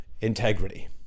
integrity